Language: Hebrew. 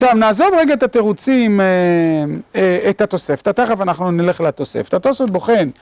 טוב, נעזוב רגע את התירוצים, את התוספתא. תכף אנחנו נלך לתוספתא, התוסף בוחן.